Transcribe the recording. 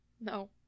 No